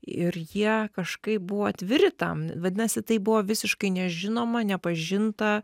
ir jie kažkaip buvo atviri tam vadinasi tai buvo visiškai nežinoma nepažinta